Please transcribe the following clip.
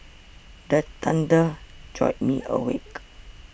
the thunder jolt me awake